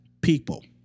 people